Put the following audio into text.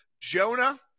Jonah